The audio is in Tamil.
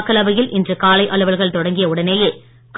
மக்களவையில் இன்று காலை அலுவல்கள் தொடங்கிய உடனேயே